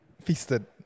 feasted